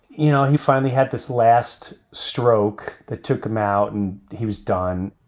you know, he finally had this last stroke that took him out and he was done.